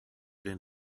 den